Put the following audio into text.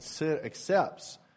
accepts